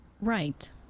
Right